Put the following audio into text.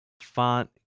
font